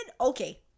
Okay